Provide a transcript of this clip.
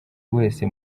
wese